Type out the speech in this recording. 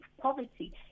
poverty